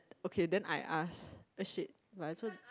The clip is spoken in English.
okay then I ask then shit might as well